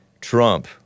Trump